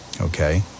Okay